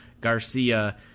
Garcia